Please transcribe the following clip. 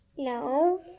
No